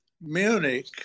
Munich